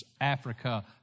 Africa